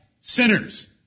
sinners